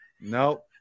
Nope